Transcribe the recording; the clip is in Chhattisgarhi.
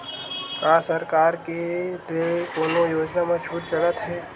का सरकार के ले कोनो योजना म छुट चलत हे?